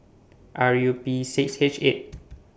R U P six H eight